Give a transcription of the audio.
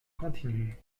continue